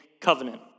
covenant